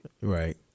Right